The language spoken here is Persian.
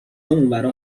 اونورا